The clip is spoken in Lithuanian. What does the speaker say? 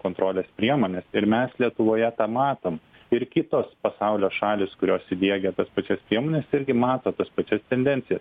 kontrolės priemonės ir mes lietuvoje tą matom ir kitos pasaulio šalys kurios įdiegia tas pačias priemones irgi mato tas pačias tendencijas